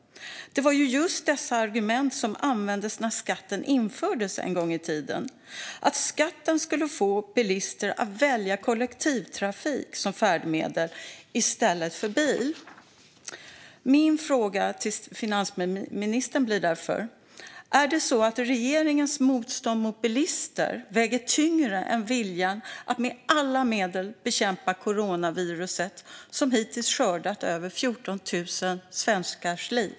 Det var ju just dessa argument som användes när skatten infördes en gång i tiden, alltså att skatten skulle få bilister att välja kollektivtrafik som färdmedel i stället för bil. Min fråga till finansministern är därför: Väger regeringens motstånd mot bilister tyngre än viljan att med alla medel bekämpa coronaviruset som hittills skördat över 14 000 svenskars liv?